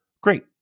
Great